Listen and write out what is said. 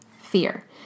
fear